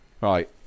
Right